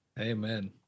Amen